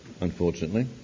unfortunately